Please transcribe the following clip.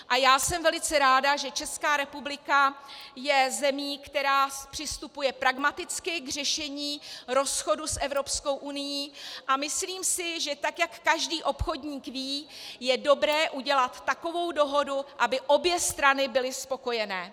A já jsem velice ráda, že Česká republika je zemí, která přistupuje pragmaticky k řešení rozchodu s Evropskou unií, a myslím si, že tak jak každý obchodník ví, je dobré udělat takovou dohodu, aby obě strany byly spokojené.